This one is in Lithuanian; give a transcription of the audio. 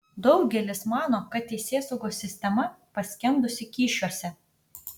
daugelis mano kad teisėsaugos sistema paskendusi kyšiuose